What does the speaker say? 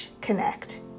connect